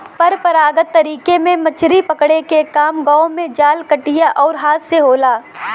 परंपरागत तरीका में मछरी पकड़े के काम गांव में जाल, कटिया आउर हाथ से होला